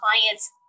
clients